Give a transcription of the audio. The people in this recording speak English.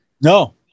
no